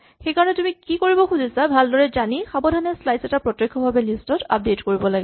সেইকাৰণে তুমি কি কৰিব খুজিছা ভালদৰে জানি সাৱধানে স্লাইচ এটা প্ৰত্যক্ষভাৱে লিষ্ট ত আপডেট কৰিব লাগে